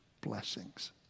blessings